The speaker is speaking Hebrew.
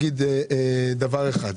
להגיד דבר אחד.